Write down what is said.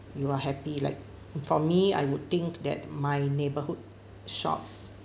you are happy like for me I would think that my neighborhood shop